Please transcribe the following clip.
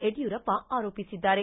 ಯಡ್ಗೂರಪ್ಪ ಆರೋಪಿಸಿದ್ದಾರೆ